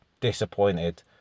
disappointed